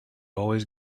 always